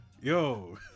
yo